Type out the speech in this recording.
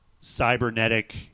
cybernetic